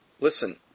listen